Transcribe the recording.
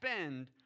spend